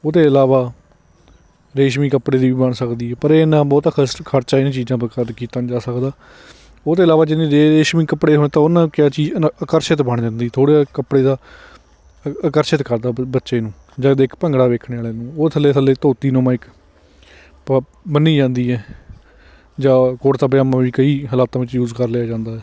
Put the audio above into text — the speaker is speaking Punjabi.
ਉਹਦੇ ਇਲਾਵਾ ਰੇਸ਼ਮੀ ਕੱਪੜੇ ਦੀ ਵੀ ਬਣ ਸਕਦੀ ਹੈ ਪਰ ਇਹ ਨਾ ਬਹੁਤ ਖਰਚ ਖਰਚਾ ਇਹਨਾਂ ਚੀਜ਼ਾਂ ਪਰ ਕਦ ਕੀਤਾ ਨਹੀਂ ਜਾ ਸਕਦਾ ਉਹਦੇ ਇਲਾਵਾ ਜਿੰਨੀ ਜੇ ਰੇਸ਼ਮੀ ਕੱਪੜੇ ਹੋਣ ਤਾਂ ਉਨ੍ਹਾਂ ਕਿਆ ਚੀਜ਼ ਆਕਰਸ਼ਿਤ ਬਣ ਜਾਂਦੀ ਥੋੜ੍ਹਾ ਜਿਹਾ ਕੱਪੜੇ ਦਾ ਆਕਰਸ਼ਿਤ ਕਰਦਾ ਬੱਚੇ ਨੂੰ ਜਦ ਇੱਕ ਭੰਗੜਾ ਵੇਖਣੇ ਵਾਲੇ ਨੂੰ ਉਹ ਥੱਲੇ ਥੱਲੇ ਧੋਤੀਨੁਮਾ ਇੱਕ ਪ ਬੰਨ੍ਹੀ ਜਾਂਦੀ ਹੈ ਜਾਂ ਕੁੜਤਾ ਪਜਾਮਾ ਵੀ ਕਈ ਹਲਾਤਾਂ ਵਿੱਚ ਯੂਸ ਕਰ ਲਿਆ ਜਾਂਦਾ ਹੈ